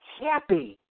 happy